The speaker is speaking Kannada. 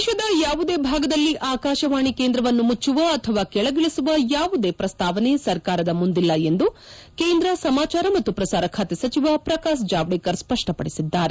ದೇಶದ ಯಾವುದೇ ಭಾಗದಲ್ಲಿ ಆಕಾಶವಾಣಿ ಕೇಂದ್ರವನ್ನು ಮುಚ್ಚುವ ಅಥವಾ ಕೆಳಗಿಳಿಸುವ ಯಾವುದೇ ಪ್ರಸ್ತಾವನೆ ಸರ್ಕಾರದ ಮುಂದಿಲ್ಲ ಎಂದು ಕೇಂದ್ರ ಸಮಾಚಾರ ಮತ್ತು ಪ್ರಸಾರ ಖಾತೆ ಸಚಿವ ಪ್ರಕಾಶ್ ಜಾವಡೇಕರ್ ಸ್ಪಪ್ಪಪಡಿಸಿದ್ದಾರೆ